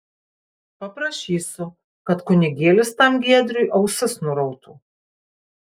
paprašysiu kad kunigėlis tam giedriui ausis nurautų